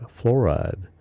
fluoride